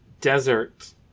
Desert